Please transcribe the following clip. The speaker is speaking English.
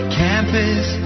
campus